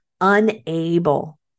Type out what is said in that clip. unable